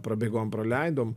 prabėgom praleidom